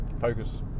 focus